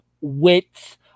wits